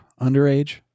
underage